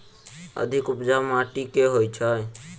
अधिक उपजाउ माटि केँ होइ छै?